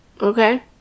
okay